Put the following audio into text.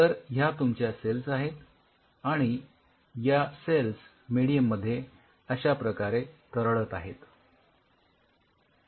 तर ह्या तुमच्या सेल्स आहेत आणि या सेल्स मेडीयम मध्ये अश्या प्रकारे तरळत आहेत